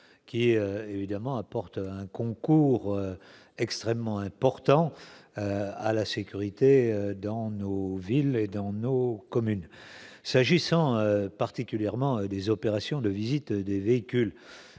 est évidemment apporte un concours extrêmement important à la sécurité dans nos villes et dans nos communes s'agissant particulièrement des opérations de visite des véhicules